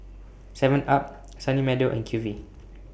Seven up Sunny Meadow and Q V